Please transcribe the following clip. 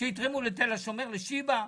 שיתרמו לשיבא,